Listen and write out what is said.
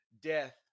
Death